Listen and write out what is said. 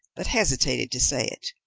but hesitated to say it.